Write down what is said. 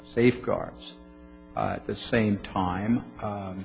safeguards at the same time